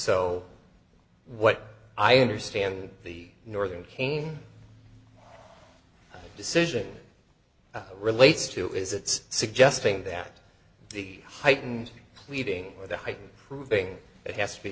so what i understand the northern cane decision relates to is it's suggesting that the heightened pleading with the heightened proving it has to be